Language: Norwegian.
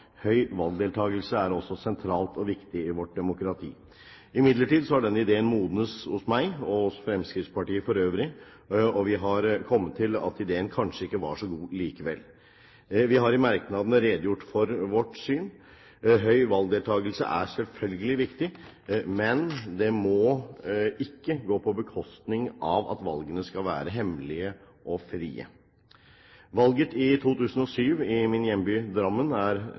høy valgdeltakelse er også sentralt og viktig i vårt demokrati. Imidlertid har ideen modnet hos meg og hos Fremskrittspartiet for øvrig, og vi har kommet til at den kanskje ikke var så god likevel. Vi har i merknadene redegjort for vårt syn. Høy valgdeltakelse er selvfølgelig viktig, men det må ikke gå på bekostning av at valgene skal være hemmelige og frie. Valget i 2007 i min hjemby, Drammen, er nevnt i merknadene. Som lokalpolitiker i denne byen i 23 år er